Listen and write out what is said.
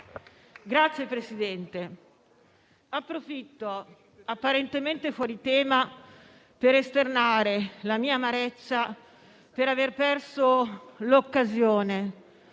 Signor Presidente, approfitto, apparentemente fuori tema, per esternare la mia amarezza per aver perso l'occasione,